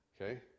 Okay